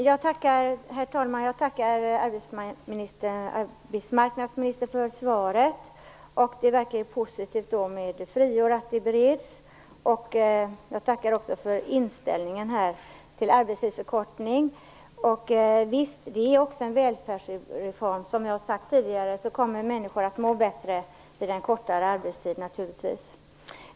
Herr talman! Jag tackar arbetsmarknadsministern för svaret. Det är verkligen positivt att frågan om friår bereds. Jag tackar också för inställningen till arbetstidsförkortning. Visst är det också en välfärdsreform. Som jag har sagt tidigare kommer människor att må bättre med en kortare arbetstid.